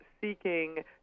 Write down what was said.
seeking